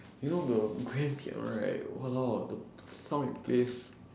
you know the grand piano right !walao! t~ the sound it plays